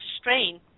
strain